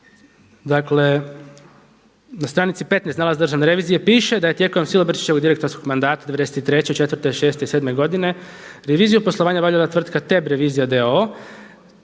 dakle, na stranici 15 nalaza državne revizije piše da je tijelom Silobrčićevog direktorskog mandata '93., '94., '96., '97. godine reviziju poslovanja obavljala tvrtka TEB, revizija d.o.o,